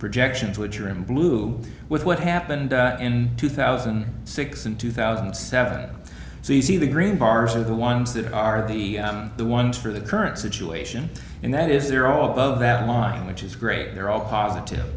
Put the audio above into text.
projections which you're in blue with what happened in two thousand and six and two thousand and seven so you see the green bars are the ones that are the the ones for the current situation and that is they're all above that line which is great they're all positive